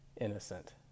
innocent